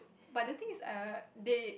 but the thing is err they